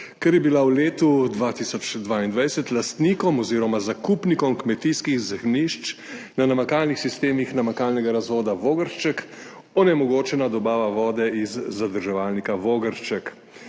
ker je bila v letu 2022 lastnikom oziroma zakupnikom kmetijskih zemljišč na namakalnih sistemih namakalnega razvoda Vogršček onemogočena dobava vode iz zadrževalnika Vogršček.